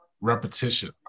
repetition